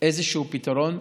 איזשהו פתרון.